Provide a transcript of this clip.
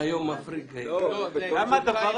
למה תמיד